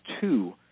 two